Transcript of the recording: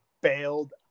bailed